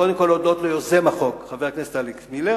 קודם כול, ליוזם החוק, חבר הכנסת אלכס מילר,